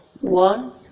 One